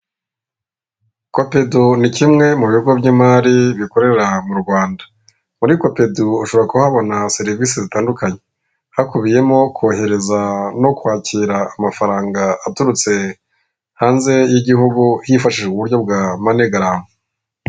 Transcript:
Kopedo ni kimwe mu bigo by'imari bikorera mu Rwanda, muri kopedu ushobora kuhabona serivisi zitandukanye hakubiyemo kohereza no kwakira amafaranga aturutse hanze y'igihugu hifashijwe uburyo bwa manigaramu.